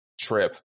trip